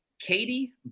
Katie